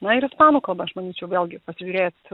na ir ispanų kalba aš manyčiau vėlgi pasižiūrėt